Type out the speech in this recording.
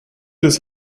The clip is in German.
des